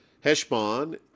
Heshbon